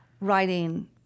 writing